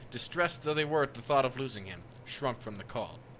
distressed though they were at the thought of losing him, shrunk from the call.